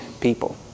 people